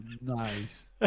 nice